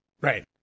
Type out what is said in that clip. Right